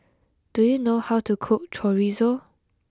do you know how to cook Chorizo